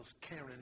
Karen